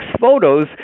photos